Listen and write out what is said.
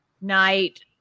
night